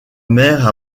mère